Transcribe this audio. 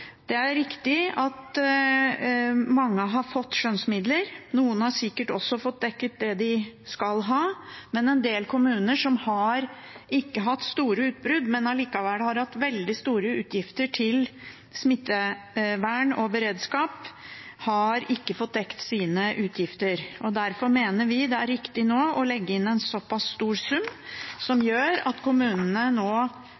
Det er riktig at mange har fått skjønnsmidler, og noen har sikkert også fått dekket det de skal ha, men en del kommuner som ikke har hatt store utbrudd, men allikevel har hatt veldig store utgifter til smittevern og beredskap, har ikke fått dekket sine utgifter. Derfor mener vi det er riktig nå å legge inn en såpass stor sum, som